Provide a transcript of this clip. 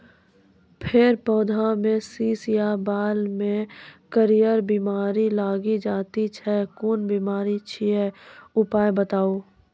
फेर पौधामें शीश या बाल मे करियर बिमारी लागि जाति छै कून बिमारी छियै, उपाय बताऊ?